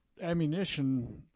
ammunition